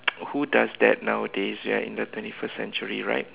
who does that nowadays we are in the twenty first century right